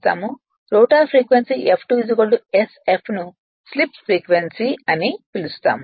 rotor frequency F2 sf ను slip frequency అంటారు